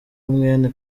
mwene